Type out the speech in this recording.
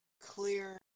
Clear